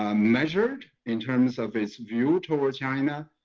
measured in terms of its view toward china.